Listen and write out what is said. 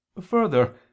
Further